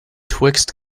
twixt